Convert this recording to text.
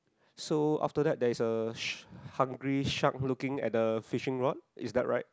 so after that there is a sh~ hungry shark looking at the fishing rod is that right